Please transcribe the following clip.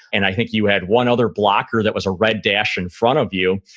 and i think you had one other blocker that was a red dash in front of you.